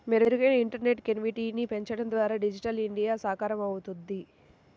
మెరుగైన ఇంటర్నెట్ కనెక్టివిటీని పెంచడం ద్వారా డిజిటల్ ఇండియా సాకారమవుద్ది